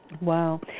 Wow